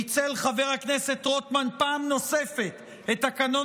ניצל חבר הכנסת רוטמן פעם נוספת את תקנון